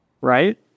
right